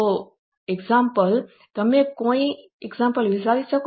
તો ઉદાહરણ તમે કોઈ ઉદાહરણ વિચારી શકો